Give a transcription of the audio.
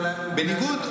בניגוד,